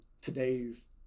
today's